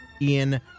Ian